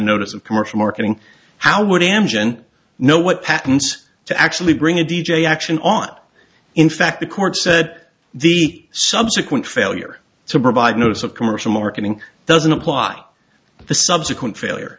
notice of commercial marketing how would amgen know what patents to actually bring a d j action on in fact the court said the subsequent failure to provide notice of commercial marketing doesn't apply the subsequent failure